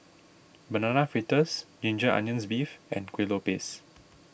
Banana Fritters Ginger Onions Beef and Kuih Lopes